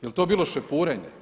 Jel to bilo šepurenje?